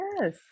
yes